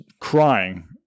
crying